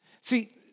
See